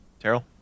Terrell